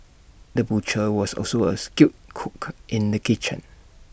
the butcher was also A skilled cook in the kitchen